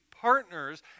partners